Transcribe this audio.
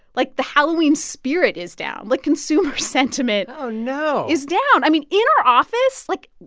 like, the halloween spirit is down. like, consumer sentiment oh no. is down. i mean, in our office like,